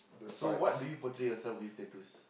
so what do you portray yourself with that tattoos